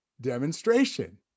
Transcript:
demonstration